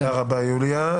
תודה רבה, יוליה.